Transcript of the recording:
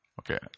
Okay